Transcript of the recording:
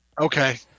Okay